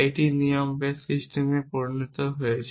এটি নিয়ম বেস সিস্টেমে পরিণত হয়েছে